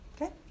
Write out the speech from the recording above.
Okay